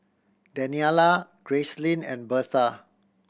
Daniella Gracelyn and Berta